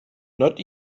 not